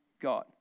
God